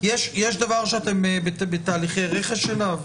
יש דבר שאתם בתהליכי רכש שלו?